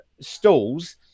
stalls